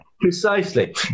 precisely